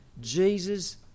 Jesus